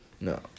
no